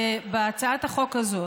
בהצעת החוק הזאת,